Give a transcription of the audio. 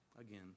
again